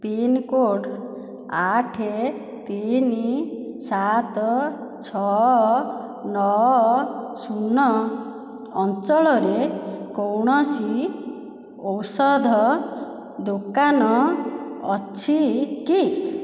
pincode ଆଠ ତିନି ସାତ ଛଅ ନଅ ଶୂନ ଅଞ୍ଚଳରେ କୌଣସି ଔଷଧ ଦୋକାନ ଅଛି କି